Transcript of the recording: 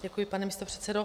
Děkuji, pane místopředsedo.